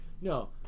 No